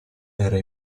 era